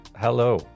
Hello